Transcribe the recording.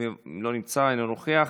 לא נמצא, אינו נוכח,